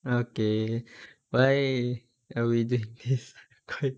okay why are we doing this record